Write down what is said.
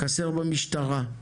חסר במשטרה.